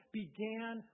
began